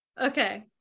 okay